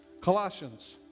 Colossians